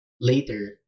later